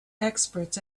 experts